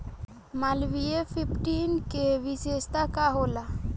Malviya fifteen के विशेषता का होला?